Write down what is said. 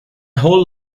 whole